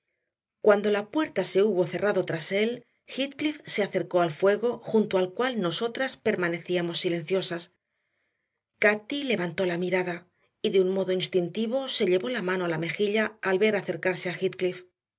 cuando la puerta se hubo cerrado tras él heathcliff se acercó al fuego junto al cual nosotras permanecíamos silenciosas cati levantó la mirada y de un modo instintivo se llevó la mano a la mejilla al ver acercarse a